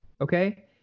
Okay